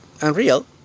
unreal